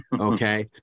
Okay